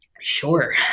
Sure